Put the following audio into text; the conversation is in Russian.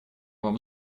вам